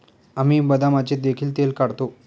आम्ही बदामाचे देखील तेल काढतो